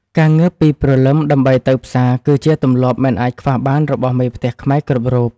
ការងើបពីព្រលឹមដើម្បីទៅផ្សារគឺជាទម្លាប់មិនអាចខ្វះបានរបស់មេផ្ទះខ្មែរគ្រប់រូប។